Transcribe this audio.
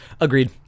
Agreed